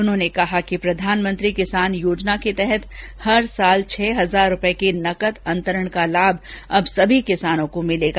उन्होंने कहा कि प्रधानमंत्री किसान योजना के तहत प्रतिवर्ष छह हजार रूपये के नकद अंतरण का लाभ अब सभी किसानों को मिलेगा